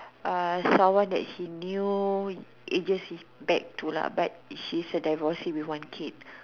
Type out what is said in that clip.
uh someone that he knew ages back to lah but she's a divorcee with one kid